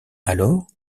alors